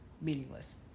meaningless